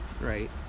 right